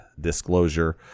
disclosure